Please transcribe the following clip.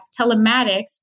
telematics